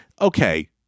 Okay